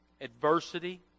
adversity